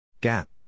Gap